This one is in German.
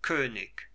könig